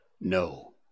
no